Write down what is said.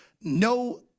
No